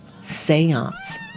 seance